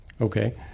Okay